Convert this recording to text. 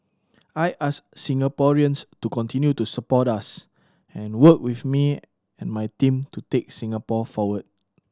I ask Singaporeans to continue to support us and work with me and my team to take Singapore forward